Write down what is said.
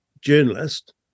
journalist